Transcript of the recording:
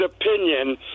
opinion